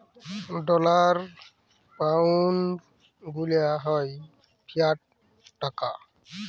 dollar, pound গুলা হ্যয় fiat টাকা